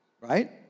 Right